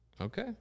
Okay